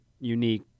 unique